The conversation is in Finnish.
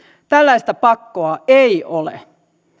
tällaista pakkoa ei ole